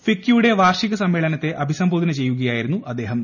ഫിക്കിയുടെ വാർഷിക സമ്മേളനത്തെ അഭിസംബോധന ചെയ്യുകയായിരുന്നു അദ്ദേഹം